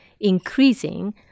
increasing